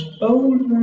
older